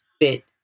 fit